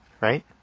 right